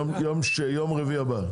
יום רביעי הבא.